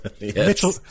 Mitchell